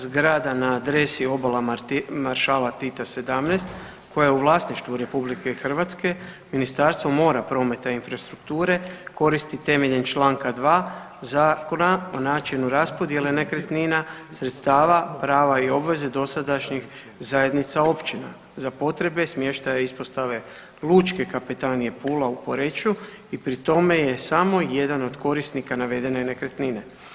Zgrada na adresi Obala maršala Tita 17 koja je u vlasništvu RH Ministarstvo mora, prometa i infrastrukture koristi temeljem čl. 2. Zakona o načinu raspodjele nekretnina, sredstava, prava i obveze dosadašnjih zajednica općina za potrebe smještaja ispostave Lučke kapetanije Pula u Poreču i pri tome je samo jedan od korisnika navedene nekretnine.